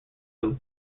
who